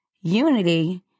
unity